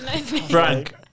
Frank